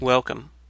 Welcome